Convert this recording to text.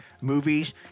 movies